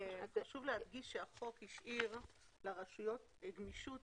חשוב להדגיש שהחוק השאיר לרשויות גמישות